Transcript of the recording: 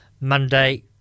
Monday